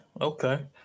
okay